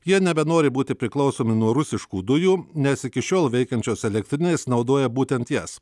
jie nebenori būti priklausomi nuo rusiškų dujų nes iki šiol veikiančios elektrinės naudoja būtent jas